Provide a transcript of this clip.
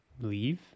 leave